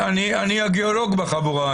אני הגיאולוג בחבורה,